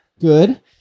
Good